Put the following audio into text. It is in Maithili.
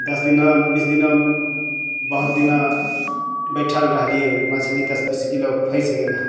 दस दिना बीस दिना बहुत दिना बैठल रहलियै मछली दस बीस किलोके फँसि गेल हँ